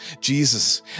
Jesus